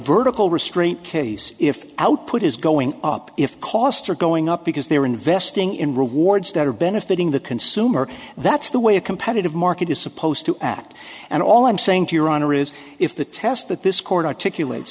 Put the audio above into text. vertical restraint case if output is going up if costs are going up because they're investing in rewards that are benefiting the consumer that's the way a competitive market is supposed to act and all i'm saying to your honor is if the test that this court articulate